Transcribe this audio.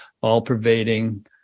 all-pervading